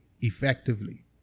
effectively